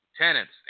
tenants